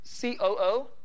COO